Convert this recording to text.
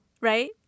right